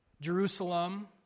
Jerusalem